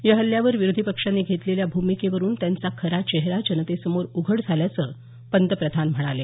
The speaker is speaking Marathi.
या हल्ल्यावर विरोधी पक्षांनी घेतलेल्या भूमिकेवरून त्यांचा खरा चेहरा जनतेसमोर उघड झाल्याचं पंतप्रधान म्हणाले